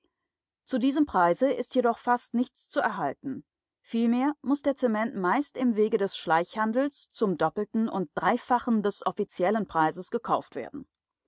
zu diesem preise ist jedoch fast nichts zu erhalten vielmehr muß der zement meist im wege des schleichhandels zum doppelten und dreifachen des offiziellen preises gekauft werden